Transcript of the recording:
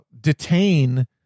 detain